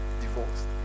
divorced